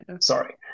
sorry